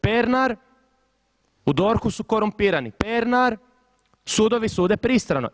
Pernar u DORH-u su korumpirani, Pernar sudovi sude pristrano.